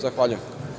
Zahvaljujem.